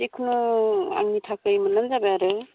जिखुनु आंनि थाखाय मोनब्लानो जाबाय आरो